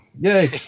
yay